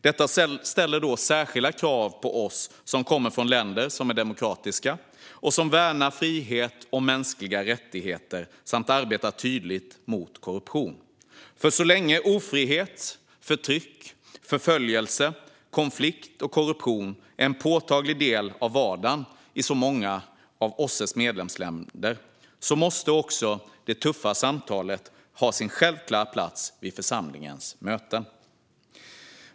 Detta ställer särskilda krav på oss som kommer från länder som är demokratiska, som värnar frihet och mänskliga rättigheter och som arbetar tydligt mot korruption. Så länge ofrihet, förtryck, förföljelse, konflikt och korruption är en påtaglig del av vardagen i så många av OSSE:s medlemsländer måste det tuffa samtalet ha sin självklara plats vid församlingens möten.